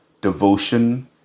devotion